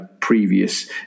previous